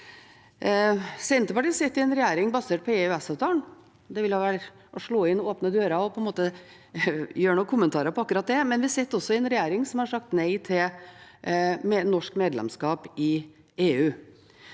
Senterpartiet sitter i en regjering basert på EØS-avtalen. Det vil være å slå inn åpne dører å komme med noen kommentarer om akkurat det, men vi sitter i en regjering som har sagt nei til norsk medlemskap i EU.